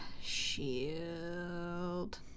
Shield